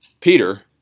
Peter